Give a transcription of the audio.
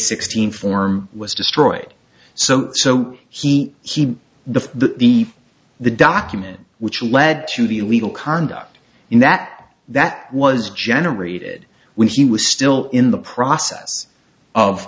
sixteen form was destroyed so so he he the the the document which led to the illegal conduct in that that was generated when he was still in the process of